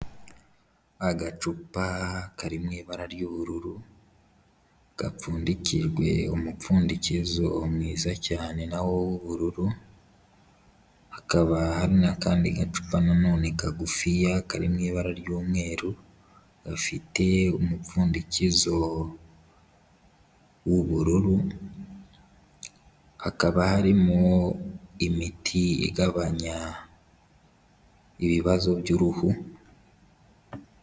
Agacupa kari mu ibara ry'ubururu, gapfundikijwe umupfundikizo mwiza cyane nawo w'ubururu, hakaba hari n'akandi gacupa nanone kagufiya kari mu ibara ry'umweru, gafite umupfundikizo w'ubururu, hakaba harimo imiti igabanya ibibazo by'uruhu.